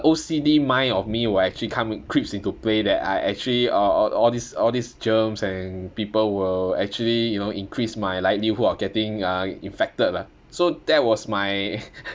O_C_D mind of me will actually come creeps into play that I actually all all all these all these germs and people will actually you know increase my likelihood of getting uh infected lah so that was my